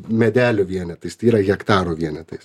medelių vienetais tai yra hektarų vienetais